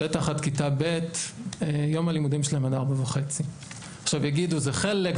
בטח עד כיתה ב' יום הלימודים שלהם עד 16:30. עכשיו יגידו זה חלק,